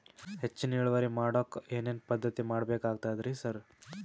ಹೆಚ್ಚಿನ್ ಇಳುವರಿ ಮಾಡೋಕ್ ಏನ್ ಏನ್ ಪದ್ಧತಿ ಮಾಡಬೇಕಾಗ್ತದ್ರಿ ಸರ್?